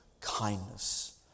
kindness